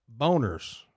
boners